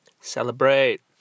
celebrate